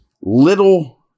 Little